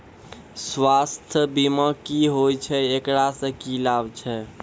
स्वास्थ्य बीमा की होय छै, एकरा से की लाभ छै?